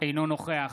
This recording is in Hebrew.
אינו נוכח